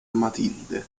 matilde